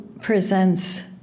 presents